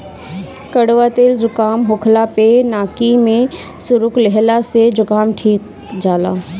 कड़ुआ तेल जुकाम होखला पअ नाकी में सुरुक लिहला से जुकाम ठिका जाला